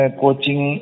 coaching